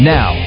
Now